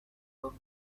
rope